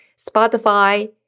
Spotify